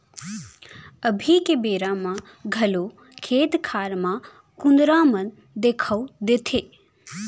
अभी के बेरा म घलौ खेत खार म कुंदरा मन देखाउ देथे